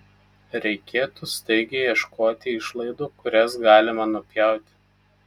reikėtų staigiai ieškoti išlaidų kurias galima nupjauti